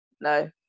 No